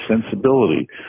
sensibility